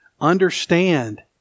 understand